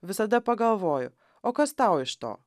visada pagalvoju o kas tau iš to